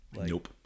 Nope